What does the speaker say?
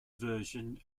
version